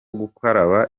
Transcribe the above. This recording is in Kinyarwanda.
gukaraba